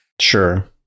Sure